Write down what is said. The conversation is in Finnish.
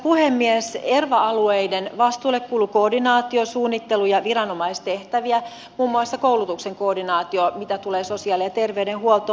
erva alueiden vastuulle kuuluu koordinaatio suunnittelu ja viranomaistehtäviä muun muassa koulutuksen koordinaatio mitä tulee sosiaali ja terveydenhuoltoon